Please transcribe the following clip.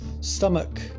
stomach